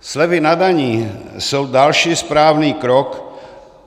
Slevy na daních jsou další správný krok,